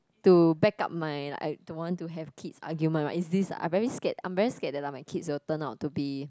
to back up my I don't want to have kids argument right is this I very scared I'm very scared that lah my kids will turn out to be